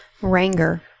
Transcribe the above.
Ranger